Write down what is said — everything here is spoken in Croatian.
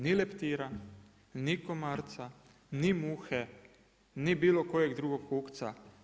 Ni leptira, ni komarca, ni muhe, ni bilo kojeg drugog kukca.